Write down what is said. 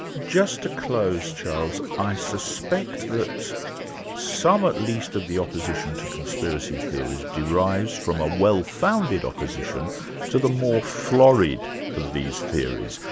just to close, charles, i suspect that some at least of the opposition to conspiracy theories derives from a well-founded opposition to the more florid of these theories.